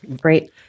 great